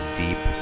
deep